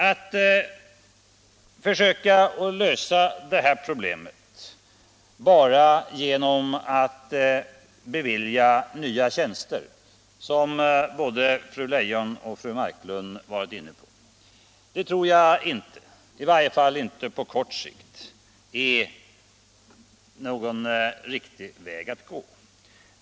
Att försöka lösa det här problemet bara genom att bevilja nya tjänster, som både fru Leijon och fru Marklund varit inne på, tror jag inte är någon riktig väg, i varje fall inte på kort sikt.